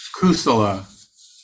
kusala